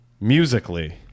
musically